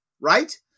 right